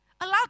Allow